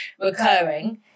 recurring